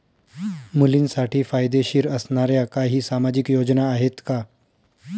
मुलींसाठी फायदेशीर असणाऱ्या काही सामाजिक योजना आहेत का?